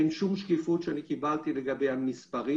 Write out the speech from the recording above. אין שום שקיפות שאני קיבלתי לגבי המספרים